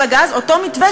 קראתי אותם,